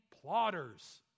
plotters